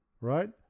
right